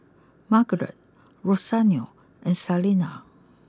Margarett Rosario and Salena